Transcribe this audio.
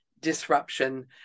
disruption